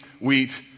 wheat